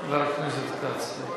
חבר הכנסת כץ.